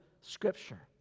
Scripture